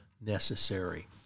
necessary